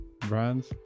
brands